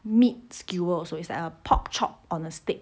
meat skewer also it's like um pork chop on a stick